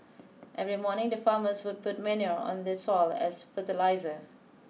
every morning the farmers would put manure on the soil as fertiliser